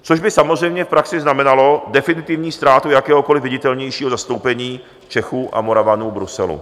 Což by samozřejmě praxi znamenalo definitivní ztrátu jakéhokoliv viditelnějšího zastoupení Čechů a Moravanů v Bruselu.